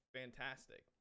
fantastic